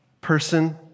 person